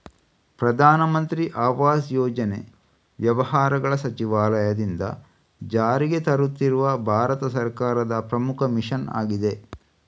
ಪ್ರಧಾನ ಮಂತ್ರಿ ಆವಾಸ್ ಯೋಜನೆ ವ್ಯವಹಾರಗಳ ಸಚಿವಾಲಯದಿಂದ ಜಾರಿಗೆ ತರುತ್ತಿರುವ ಭಾರತ ಸರ್ಕಾರದ ಪ್ರಮುಖ ಮಿಷನ್ ಆಗಿದೆ